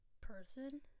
person